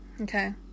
Okay